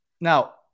Now